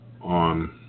on